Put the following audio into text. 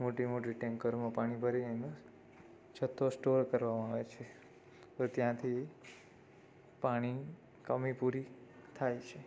મોટી મોટી ટેન્કરોમાં પાણી ભરીને એને જથ્થો સ્ટોર કરવામાં આવે છે તો ત્યાંથી પાણી કમી પૂરી થાય છે